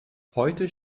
heute